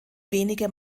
wenige